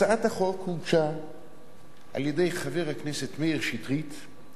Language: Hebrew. הצעת החוק הוגשה על-ידי חבר הכנסת מאיר שטרית,